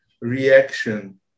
reaction